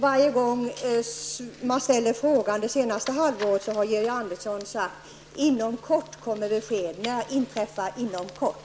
Varje gång man ställt frågan till Georg Andersson det senaste halvåret har han sagt ''inom kort''. När inträffar inom kort?